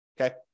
okay